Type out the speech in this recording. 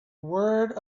word